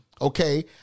Okay